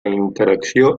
interacció